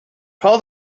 call